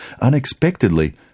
unexpectedly